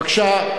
בבקשה.